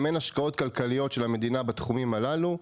אם אין מה השקעות כלכליות של המדינה בתחומים הללו,